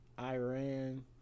Iran